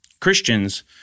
Christians